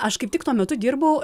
aš kaip tik tuo metu dirbau